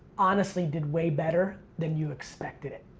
honestly did way better than you expected it?